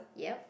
yup